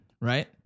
Right